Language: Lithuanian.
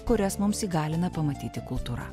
kurias mums įgalina pamatyti kultūra